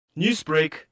Newsbreak